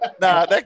Nah